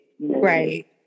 Right